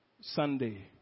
Sunday